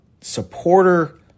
supporter